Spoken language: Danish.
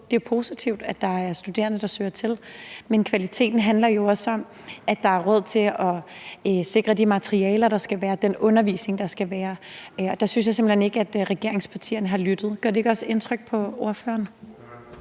Det er positivt, at der er studerende, der søger til, men kvaliteten handler jo også om, at der er råd til at sikre de materialer, der skal være, den undervisning, der skal være, og der synes jeg simpelt hen ikke, at regeringspartierne har lyttet. Gør det ikke også indtryk på ordføreren?